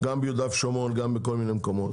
ביהודה ושומרון ובכל מיני מקומות,